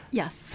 yes